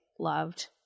loved